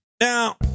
Now